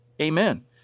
Amen